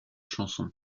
chanson